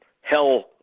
hell